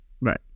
Right